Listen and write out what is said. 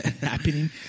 happening